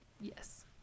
Yes